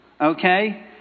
Okay